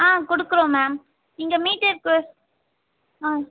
ஆ கொடுக்குறோம் மேம் இங்கே மீட்டருக்கு ஆ